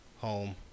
home